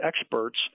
experts